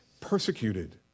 persecuted